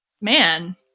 man